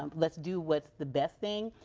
um let's do what's the best thing.